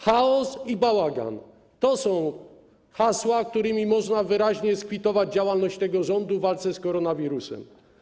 Chaos” i „bałagan” - to są hasła, którymi można wyraźnie skwitować działalność tego rządu w zakresie walki z koronawirusem.